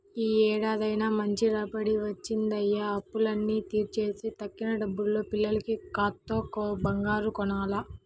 యీ ఏడాదైతే మంచి రాబడే వచ్చిందయ్య, అప్పులన్నీ తీర్చేసి తక్కిన డబ్బుల్తో పిల్లకి కాత్తో కూత్తో బంగారం కొనాల